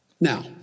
Now